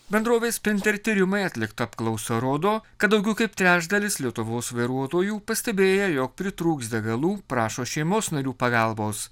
bendrovės sprinter tyrimai atlikta apklausa rodo kad daugiau kaip trečdalis lietuvos vairuotojų pastebėję jog pritrūks degalų prašo šeimos narių pagalbos